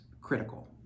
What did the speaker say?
critical